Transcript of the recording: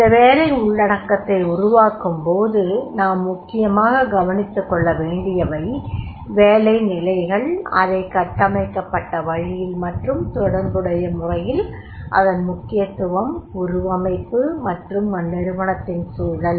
இந்த வேலை உள்ளடக்கத்தை உருவாக்குபோது நாம் முக்கியமாக கவனித்துக் கொள்ள வேண்டியவை வேலை நிலைகள் அதைக் கட்டமைக்கப்பட்ட வழியில் மற்றும் தொடர்புடைய முறையில் அதன் முக்கியத்துவம் உருவமைப்பு மற்றும் அந்நிறுவனத்தின் சூழல்